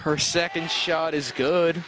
her second shot is good